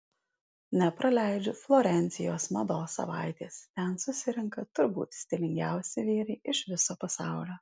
nepraleidžiu florencijos mados savaitės ten susirenka turbūt stilingiausi vyrai iš viso pasaulio